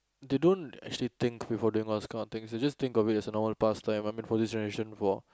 they don't actually think before doing all this type of things they just think of it as an old pastime I mean for this generation for